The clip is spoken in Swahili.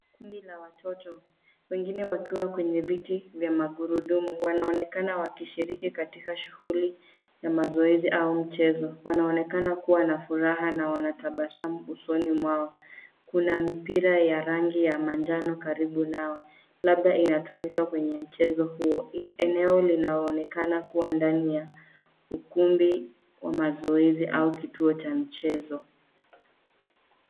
Kundi la watoto. Wengine wakiwa kwenye viti vya magurudumu wanaonekana wakishiriki katika shughuli ya mazoezi au mchezo. Wanaonekana kuwa na furaha na wanatabasamu usoni mwao. Kuna mipira ya rangi ya manjano karibu nao, labda inatumika kwenye mchezo huo. Eneo linaonekana kuwa ndani ya ukumbuki wa mazoezi au kituo cha mchezo.